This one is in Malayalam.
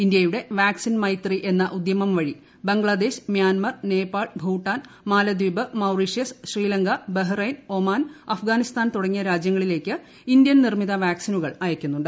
ഇന്ത്യയുടെ വാക്സിൻ മൈത്രി എന്ന ഉദ്യമം വഴി Bangladesh Myanmar Nepal Bhutan Maldives Mauritius Sri Lanka Bahrain Oman Afghanistan തുടങ്ങിയ രാജ്യങ്ങളിലേക്ക് ഇന്ത്യൻ നിർമ്മിത വാക്സിനുകൾ അയക്കുന്നുമുണ്ട്